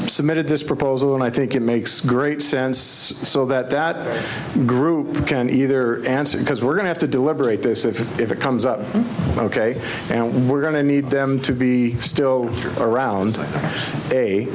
submitted this proposal and i think it makes great sense so that that group can either answer because we're going to have to deliberate this if it comes up ok we're going to need them to be still around